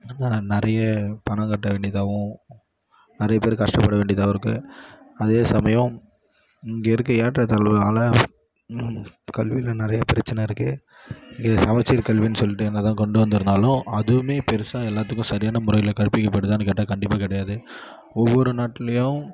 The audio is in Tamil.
அதுதான் நிறைய பணம் கட்ட வேண்டியாதாகவும் நிறைய பேர் கஷ்டப்பட வேண்டியதாகவும் இருக்குது அதே சமயம் இங்கே இருக்கிற ஏற்ற தாழ்வு ஆல கல்வியில் நிறைய பிரச்சனை இருக்குது இது சமச்சீர் கல்வின்னு சொல்லிட்டு என்ன தான் கொண்டு வந்திருந்தாலும் அதுவும் பெரிசா எல்லாத்துக்கும் சரியான முறையில் கற்பிக்கப்படுதான்னு கேட்டால் கண்டிப்பாக கிடையாது ஒவ்வொரு நாட்லையும்